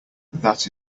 that